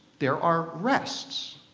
there are rests.